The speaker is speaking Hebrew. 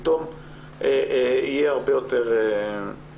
פתאום יהיה הרבה יותר טוב.